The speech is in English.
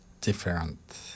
different